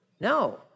no